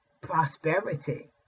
prosperity